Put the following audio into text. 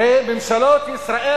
הרי ממשלות ישראל,